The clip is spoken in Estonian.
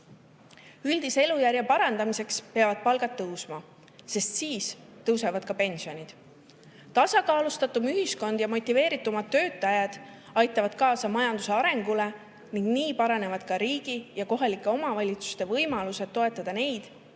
elujärje parandamiseks peavad palgad tõusma, sest siis tõusevad ka pensionid. Tasakaalustatum ühiskond ja motiveeritumad töötajad aitavad kaasa majanduse arengule ning nii paranevad ka riigi ja kohalike omavalitsuste võimalused toetada neid,